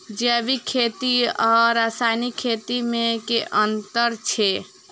जैविक खेती आ रासायनिक खेती मे केँ अंतर छै?